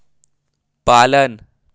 पालन